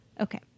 Okay